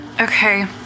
Okay